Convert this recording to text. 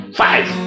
five